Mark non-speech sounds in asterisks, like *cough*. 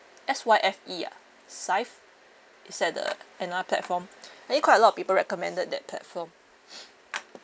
S_Y_F_E ah SYFE is that the N_R platform I think quite a lot of people recommended that platform *noise*